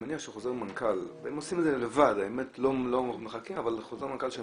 אני מניח שחוזר מנכ"ל שמחייב בסייבר,